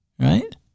right